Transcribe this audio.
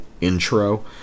intro